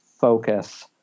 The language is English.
focus